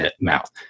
mouth